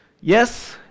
Yes